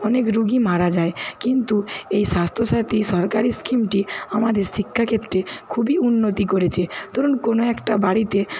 অনেক রুগী মারা যায় কিন্তু এই স্বাস্থ্য সাথি সরকারি স্কিমটি আমাদের শিক্ষা ক্ষেত্রে খুবই উন্নতি করেছে ধরুন কোনো একটা বাড়িতে